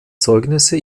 zeugnisse